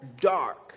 dark